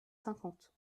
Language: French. cinquante